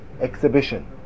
exhibition